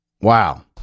Wow